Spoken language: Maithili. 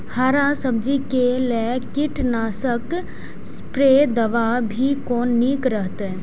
हरा सब्जी के लेल कीट नाशक स्प्रै दवा भी कोन नीक रहैत?